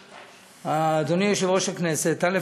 אדוני יושב-ראש הכנסת, א.